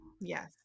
Yes